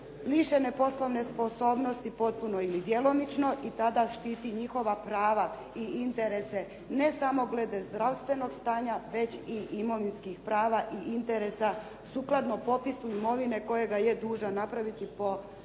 lišene poslovne sposobnosti potpuno ili djelomično i tada štiti njihova prava i interese, ne samo glede zdravstvenog stanja već i imovinskih prava i interesa sukladno popisu imovine kojega je dužan napraviti po